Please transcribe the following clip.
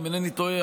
אם אינני טועה,